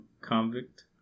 convict